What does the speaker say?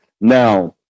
Now